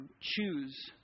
choose